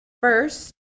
first